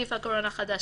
(נגיף הקורונה החדש)